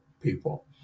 people